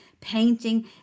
painting